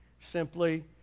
simply